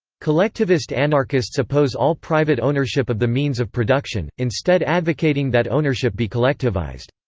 collectivist anarchists oppose all private ownership of the means of production, instead advocating that ownership be collectivised.